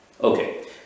Okay